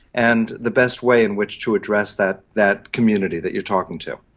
and the best way in which to address that that community that you're talking to.